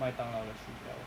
麦当劳的薯条